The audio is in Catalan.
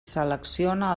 selecciona